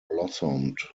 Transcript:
blossomed